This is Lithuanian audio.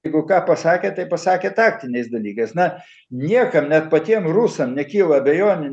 jeigu ką pasakė tai pasakė taktiniais dalykais na niekam net patiem rusam nekyla abejonių